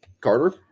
Carter